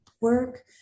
work